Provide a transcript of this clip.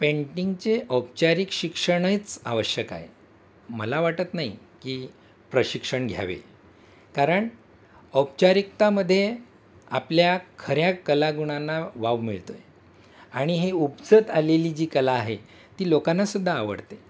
पेंटिंगचे औपचारिक शिक्षणच आवश्यक आहे मला वाटत नाही की प्रशिक्षण घ्यावे कारण औपचारिकतेमध्ये आपल्या खऱ्या कलागुणांना वाव मिळतो आहे आणि हे उपजत आलेली जी कला आहे ती लोकांना सुद्धा आवडते